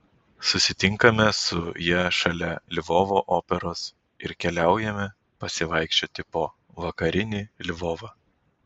susitinkame su ja šalia lvovo operos ir keliaujame pasivaikščioti po vakarinį lvovą